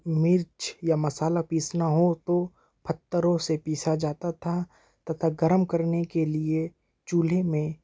मिर्च या मसाला पीसना हो तो पत्थरों से पीसा जाता था तथा गर्म करने के लिए चूल्हे में